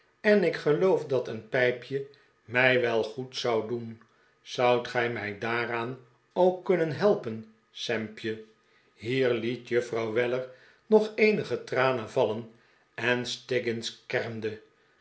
en ik geloof dat een pijpje mij wel goed zou doen zoudt gij mij daaraan ook kunnen helpen sampje hier liet juffrouw weller nog eenige tranen vallen en stiggins kermde